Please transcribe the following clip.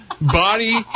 Body